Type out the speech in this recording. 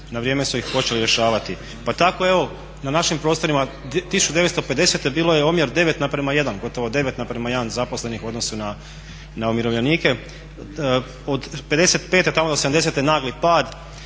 na vrijeme su ih počeli rješavati. Pa tako evo na našim prostorima 1950. bilo je omjer 9:1, gotovo 9:1 zaposlenih u odnosu na umirovljenike. Od '55. tamo do '70. nagli pad